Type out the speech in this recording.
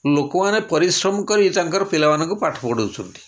ଲୋକମାନେ ପରିଶ୍ରମ କରି ତାଙ୍କର ପିଲାମାନଙ୍କୁ ପାଠ ପଢ଼ଉଛନ୍ତି